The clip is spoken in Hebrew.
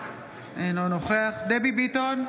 אינו נוכח דבי ביטון,